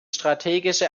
strategische